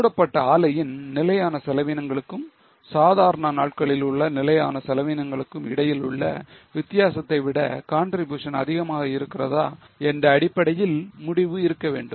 மூடப்பட்ட ஆலையின் நிலையான செலவீனங்களுக்கும் சாதாரண நாட்களில் உள்ள நிலையான செலவீனங்களுக்கும் இடையில் உள்ள வித்தியாசத்தை விட contribution அதிகமாக இருக்கிறதா என்ற அடிப்படையில் முடிவு இருக்க வேண்டும்